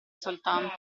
soltanto